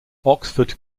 oxford